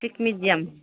थिक मिडियाम